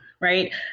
right